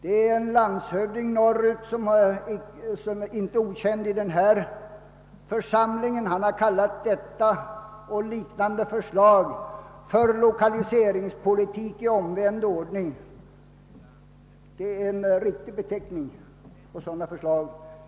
En i denna församling inte okänd landshövding uppe i norr har kallat detta och liknande förslag för lokaliseringspolitik i omvänd ordning. Det är en riktig beteckning på sådana förslag.